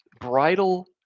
bridal